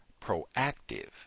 proactive